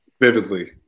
vividly